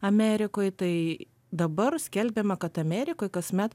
amerikoj tai dabar skelbiama kad amerikoj kasmet